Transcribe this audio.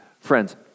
Friends